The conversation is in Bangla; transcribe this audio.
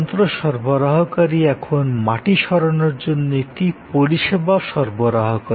যন্ত্র সরবরাহকারী এখন মাটি সরানোর জন্য একটি পরিষেবা সরবরাহ করে